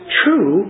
true